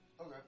Okay